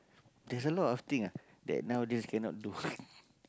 there's a lot of thing ah that nowadays cannot do